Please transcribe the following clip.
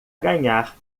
ganhar